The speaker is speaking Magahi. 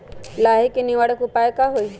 लाही के निवारक उपाय का होई?